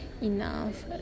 enough